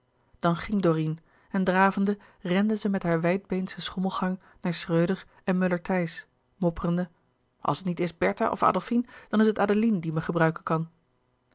dan ging dorine en dravende rende zij met haar wijdbeenschen schommelgang naar schröder en möller tijs mopperende als het niet is bertha of adolfine dan is het adeline die me gebruiken kan